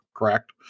correct